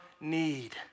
need